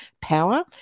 power